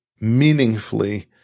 meaningfully